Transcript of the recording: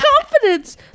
confidence